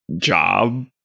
job